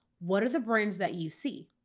what are the brands that you see?